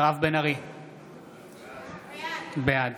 בעד